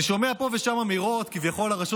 אני שומע פה ושם אמירות שכביכול הרשות